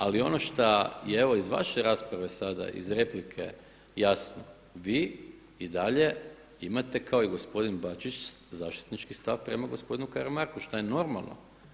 Ali ono što je evo i iz vaše rasprave iz replike jasno, vi i dalje imate kao i gospodin Bačić zaštitnički stav prema gospodinu Karam arku što je normalno.